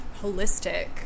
holistic